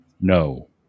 No